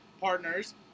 partners